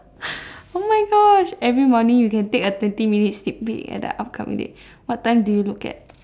oh my gosh every morning you can take a twenty minute sneak peek at the upcoming day what time do you look at